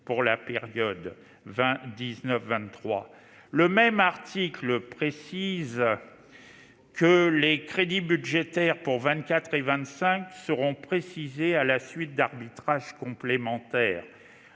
pour la période 2019-2023. Le même article prévoit en outre que les « crédits budgétaires pour 2024 et 2025 seront précisés à la suite d'arbitrages complémentaires